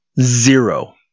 Zero